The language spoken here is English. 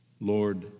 Lord